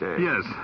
Yes